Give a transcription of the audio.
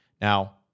Now